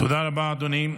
תודה רבה, אדוני.